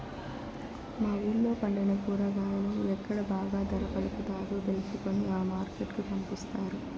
మా వూళ్ళో పండిన కూరగాయలను ఎక్కడ బాగా ధర పలుకుతాదో తెలుసుకొని ఆ మార్కెట్ కు పంపిస్తారు